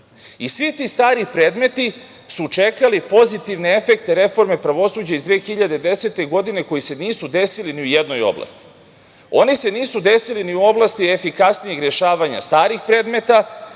Svi ti stari predmeti su čekali pozitivne efekte reforme pravosuđa iz 2010. godine, koji se nisu desili ni u jednoj oblasti. Oni se nisu desili ni u oblasti efikasnijeg rešavanja starih predmeta,